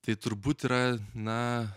tai turbūt yra na